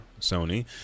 Sony